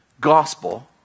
gospel